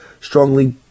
strongly